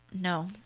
No